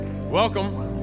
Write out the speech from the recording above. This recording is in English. welcome